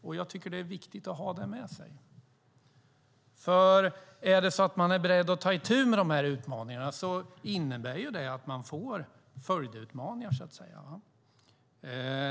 Det är viktigt att ha detta med sig, för är man beredd att ta itu med dessa utmaningar innebär det följdutmaningar.